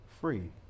free